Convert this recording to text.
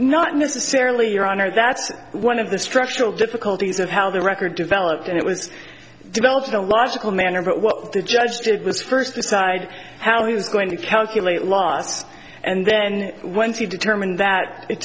not necessarily your honor that's one of the structural difficulties of how the record developed and it was developed in a logical manner but what the judge did was first decide how he was going to calculate loss and then when he determined that it